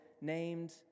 named